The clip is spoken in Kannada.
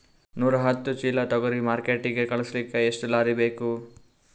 ನೂರಾಹತ್ತ ಚೀಲಾ ತೊಗರಿ ಮಾರ್ಕಿಟಿಗ ಕಳಸಲಿಕ್ಕಿ ಎಷ್ಟ ಲಾರಿ ಬೇಕು?